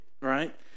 right